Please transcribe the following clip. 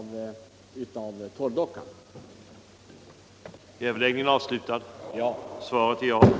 den det ej vill röstar nej.